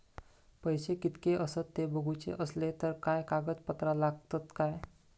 पैशे कीतके आसत ते बघुचे असले तर काय कागद पत्रा लागतात काय?